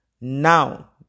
Now